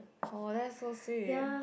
oh that's so sweet